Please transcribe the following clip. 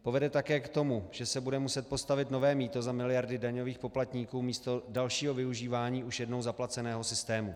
Povede také k tomu, že se bude muset postavit nové mýto za miliardy daňových poplatníků místo dalšího využívání už jednou zaplaceného systému.